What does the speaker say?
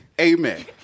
Amen